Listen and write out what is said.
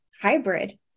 hybrid